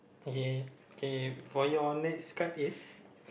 ya can you for your next card is